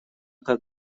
как